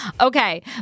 Okay